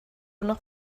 noch